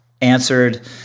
answered